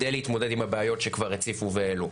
כדי להתמודד עם הבעיות שכבר הציפו והעלו.